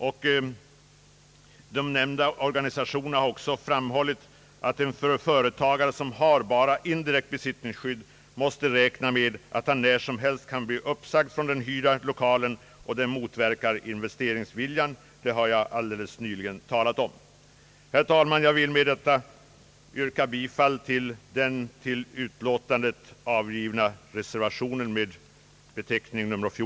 De förut nämnda organisationerna har också framhållit att en företagare, som endast har indirekt besittningsskydd, måste räkna med att när som helst kunna bli uppsagd från den hyrda lokalen. Att detta motverkar investeringsviljan har jag alldeles nyss talat om. Herr talman! Jag vill med detta yrka bifall till den till utlåtandet avgivna reservationen med beteckningen XIV.